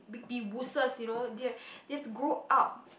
be be wusses you know they they have to grow up